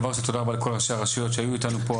דבר ראשון תודה רבה לכל ראשי הרשויות שהיו איתנו פה,